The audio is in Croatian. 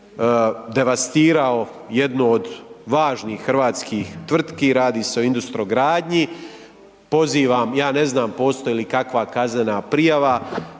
da je devastirao jednu od važnih hrvatskih tvrtki, radi se o Industrogradnji. Ja ne znam postoji li kakva kaznena prijava